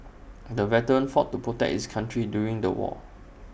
the veteran fought to protect his country during the war